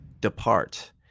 Depart